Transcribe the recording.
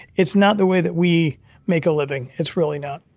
it's not the way that we make a living. it's really not.